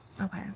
Okay